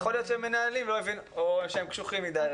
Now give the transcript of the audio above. יכול להיות שמנהלים לא הבינו או שהם קשוחים מדי.